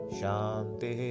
Shanti